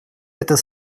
эта